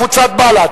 קבוצת סיעת בל"ד